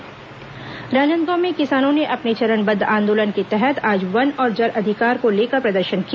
किसान प्रदर्शन राजनादगांव में किसानों ने अपने चरणबद्ध आंदोलन के तहत आज वन और जल अधिकार को लेकर प्रदर्शन किया